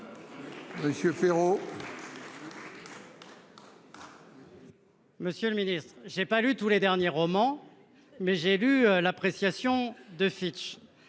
Monsieur le Ministre, j'ai pas lu tous les derniers romans mais j'ai lu l'appréciation de Fitch